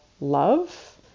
love